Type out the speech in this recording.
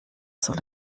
soll